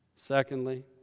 secondly